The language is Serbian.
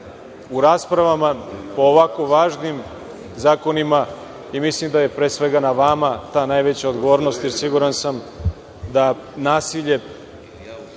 u raspravama po ovako važnim zakonima i milim da je pre svega na vama ta najveća odgovornost, jer siguran sam da nasilje